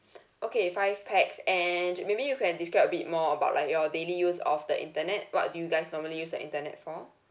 okay five pax and maybe you can describe a bit more about like your daily use of the internet what do you guys normally use the internet for